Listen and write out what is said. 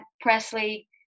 Presley